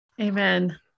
Amen